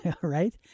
right